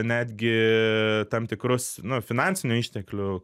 netgi tam tikrus nu finansinių išteklių